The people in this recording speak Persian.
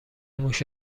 موش